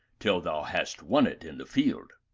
till thou hast won it in the field.